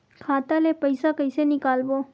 खाता ले पईसा कइसे निकालबो?